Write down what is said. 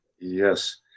yes